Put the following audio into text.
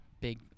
big